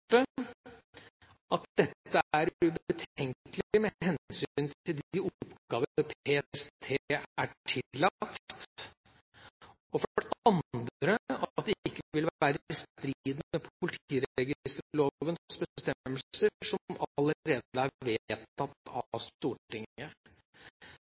at dette er ubetenkelig med hensyn til de oppgaver PST er tillagt, og for det andre at det ikke vil være i strid med politiregisterlovens bestemmelser som allerede er vedtatt